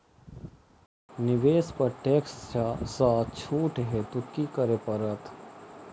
निवेश पर टैक्स सँ छुट हेतु की करै पड़त?